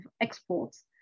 exports